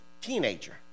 teenager